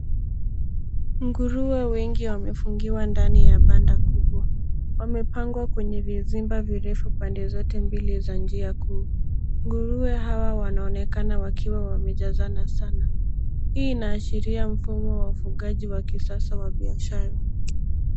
Nguruwe wengi wamefungiwa ndani ya banda kubwa. Wamepangwa kwenye vizimba virefu pande zote mbili za njia kuu. Nguruwe hawa wanaonekana wakiwa wamejazana sana. Hii inaashiria mfumo wa ufugaji wa kisasa wa biashara.